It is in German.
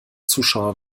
zuschauer